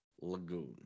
Lagoon